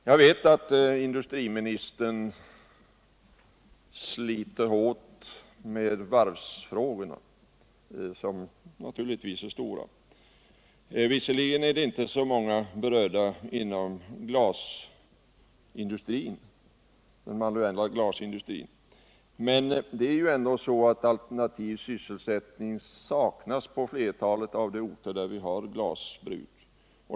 Jag vet att industriministern sliter hårt med varvsfrågorna, som naturligtvis är stora. Visserligen är det inte så många berörda inom den manuella glasindustrin, men alternativ sysselsättning saknas på flertalet av de orter där vi har glasbruk.